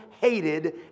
hated